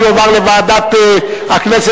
עברה בקריאה